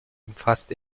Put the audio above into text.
umfasst